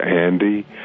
Andy